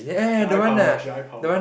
she eye power she eye power